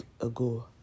ago